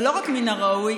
ולא רק מן הראוי,